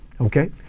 okay